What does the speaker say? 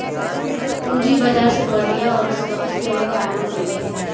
पूंजी बाजार से बढ़िया अउरी सुरक्षित जगह कौनो नइखे